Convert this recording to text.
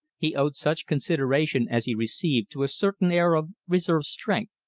he owed such consideration as he received to a certain air of reserved strength,